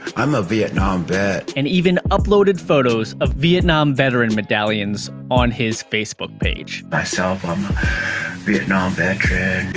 i'm a vietnam vet. and even uploaded photos of vietnam veteran medallions on his facebook page. myself, i'm a vietnam veteran.